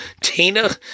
Tina